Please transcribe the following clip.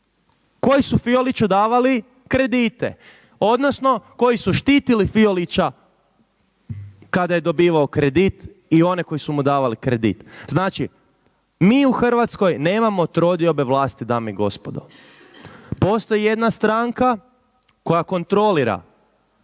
koji su Fioliću davali kredite, odnosno koji su štitili Fiolića kada je dobivao kredit i one koji su mu davali kredit. Znači mi u Hrvatskoj nemamo trodiobe vlasti dame i gospodo. Postoji jedna stranka koja kontrolira